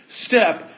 step